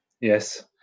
Yes